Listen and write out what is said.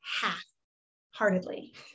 half-heartedly